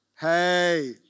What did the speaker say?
Hey